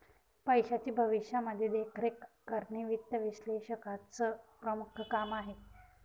पैशाची भविष्यामध्ये देखरेख करणे वित्त विश्लेषकाचं प्रमुख काम आहे